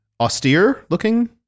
austere-looking